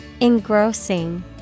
Engrossing